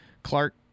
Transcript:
Clark